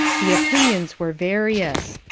the opinions were various.